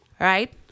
right